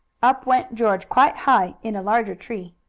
up went george, quite high, in a larger tree.